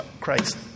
Christ